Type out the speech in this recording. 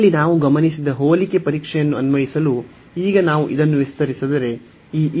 ಇಲ್ಲಿ ನಾವು ಗಮನಿಸಿದ ಹೋಲಿಕೆ ಪರೀಕ್ಷೆಯನ್ನು ಅನ್ವಯಿಸಲು ಈಗ ನಾವು ಇದನ್ನು ವಿಸ್ತರಿಸಿದರೆ ಈ